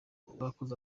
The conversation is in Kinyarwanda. bakoze